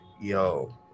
yo